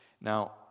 now